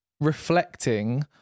reflecting